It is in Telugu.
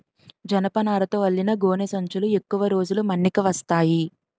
జనపనారతో అల్లిన గోనె సంచులు ఎక్కువ రోజులు మన్నిక వస్తాయి